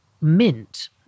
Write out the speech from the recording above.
Mint